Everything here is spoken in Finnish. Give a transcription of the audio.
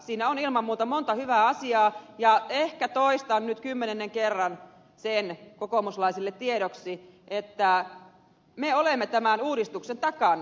siinä on ilman muuta monta hyvää asiaa ja ehkä toistan nyt kymmenennen kerran kokoomuslaisille tiedoksi sen että me olemme tämän uudistuksen takana